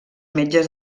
metges